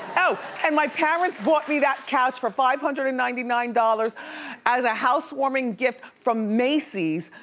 oh, and my parents bought me that couch for five hundred and ninety nine dollars as a housewarming gift from macy's.